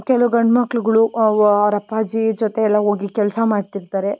ಕೆಲವು ಗಂಡು ಮಕ್ಳುಗಳು ಅವ್ರ ಅಪ್ಪಾಜಿ ಜೊತೆ ಎಲ್ಲ ಹೋಗಿ ಕೆಲಸ ಮಾಡ್ತಿರ್ತಾರೆ